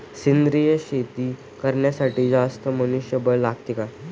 सेंद्रिय शेती करण्यासाठी जास्त मनुष्यबळ लागते का?